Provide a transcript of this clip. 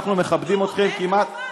אנחנו מכבדים אתכם כמעט,